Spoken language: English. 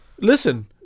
listen